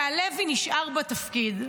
והלוי נשאר בתפקיד,